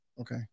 Okay